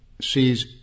sees